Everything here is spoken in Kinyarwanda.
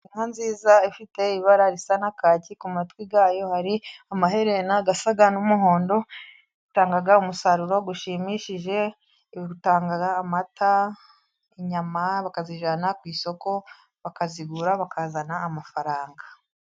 Inka nziza ifite ibara risa na kaki. Ku matwi yayo hari amaherena asa n'umuhondo. Itanga umusaruro ushimishije. Itanga amata, inyama bakazijyana ku isoko bakazigura, bakazana amafaranga.